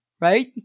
right